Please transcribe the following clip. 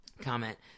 comment